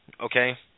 Okay